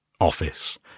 office